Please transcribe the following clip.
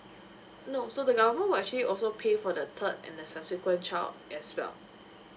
no so the government will actually also pay for the third and the subsequent child as well